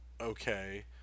okay